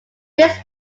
this